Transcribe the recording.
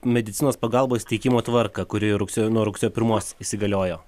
medicinos pagalbos teikimo tvarką kuri rugsėjo nuo rugsėjo pirmos įsigaliojo